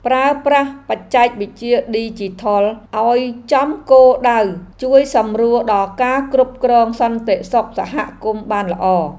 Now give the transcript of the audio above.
ប្រើប្រាស់បច្ចេកវិទ្យាឌីជីថលឱ្យចំគោលដៅជួយសម្រួលដល់ការគ្រប់គ្រងសន្តិសុខសហគមន៍បានល្អ។